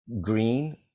green